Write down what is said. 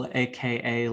aka